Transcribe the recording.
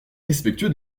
respectueux